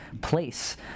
place